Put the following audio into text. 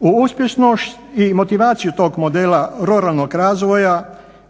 U uspješnost i motivaciju tog modela ruralnog razvoja